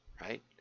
right